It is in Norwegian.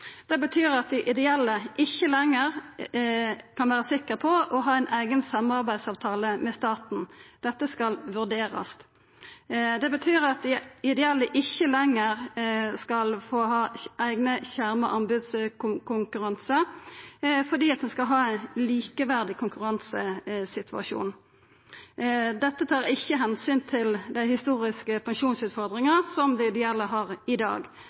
Det betyr at dei ideelle ikkje lenger kan vera sikre på å ha ein eigen samarbeidsavtale med staten. Dette skal vurderast. Det betyr at dei ideelle ikkje lenger skal få ha ein skjerma anbodskonkurranse, fordi ein skal ha ein likeverdig konkurransesituasjon. Dette tar ikkje omsyn til dei historiske pensjonsutfordringane som dei ideelle har i dag.